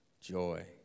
joy